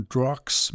Drugs